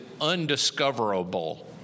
undiscoverable